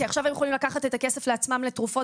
כי עכשיו היו יכולים לקחת את הכסף לעצמם לתרופות